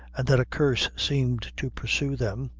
and that a curse seemed to pursue them,